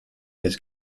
his